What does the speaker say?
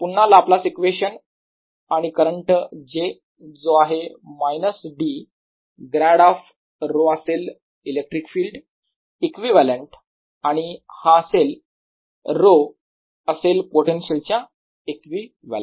पुन्हा Laplace equation आणि current j जो आहे मायनस D ग्रॅड ऑफ 𝞀 असेल इलेक्ट्रिक फील्ड इक्विवलेंट आणि हा 𝞀 असेल पोटेन्शियल च्या इक्विवलेंट